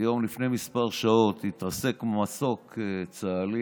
היום לפני כמה שעות התרסק מסוק צה"לי,